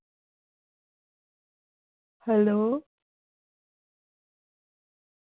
hello